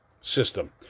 system